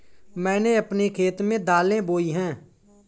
मैंने अपने खेत में दालें बोई हैं